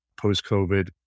post-COVID